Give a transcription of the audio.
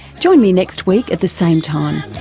join me next week at the same time